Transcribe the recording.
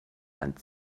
land